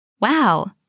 Wow